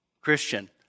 Christian